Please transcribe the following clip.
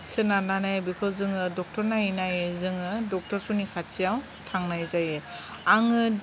सोनारनानै बेखौ जोङो डक्टर नायै नायै जोङो डक्टर फोरनि खाथियाव थांनाय जायो आङो